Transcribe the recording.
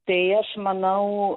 tai aš manau